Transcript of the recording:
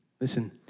Listen